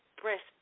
breast